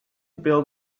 build